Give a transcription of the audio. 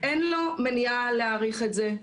אין לו מניעה להאריך את זה,